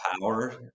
power